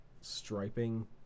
striping